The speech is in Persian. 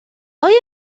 آیا